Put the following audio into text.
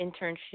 internship